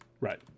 Right